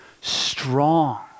strong